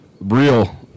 Real